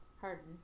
harden